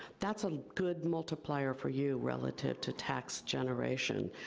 that's a good multiplier for you relative to tax generation.